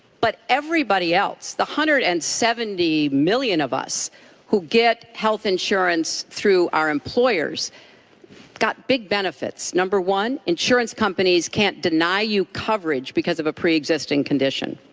but everybody else, the one hundred and seventy million of us who get health insurance through our employers got big benefits. number one, insurance companies can't deny you coverage because of a preexisting condition.